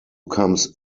comes